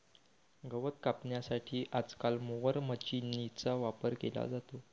गवत कापण्यासाठी आजकाल मोवर माचीनीचा वापर केला जातो